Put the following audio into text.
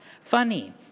funny